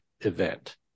event